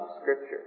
scripture